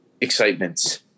excitements